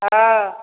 हँ